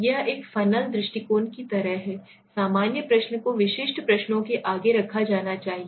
यह एक फ़नल दृष्टिकोण की तरह है सामान्य प्रश्न को विशिष्ट प्रश्नों से आगे रखा जाना चाहिए